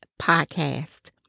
Podcast